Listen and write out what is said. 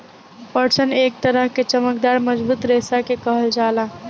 पटसन एक तरह के चमकदार मजबूत रेशा के कहल जाला